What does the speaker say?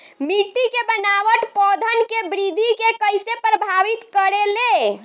मिट्टी के बनावट पौधन के वृद्धि के कइसे प्रभावित करे ले?